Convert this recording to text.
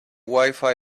wifi